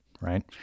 right